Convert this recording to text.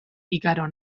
igaro